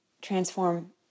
transform